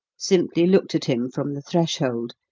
simply looked at him from the threshold,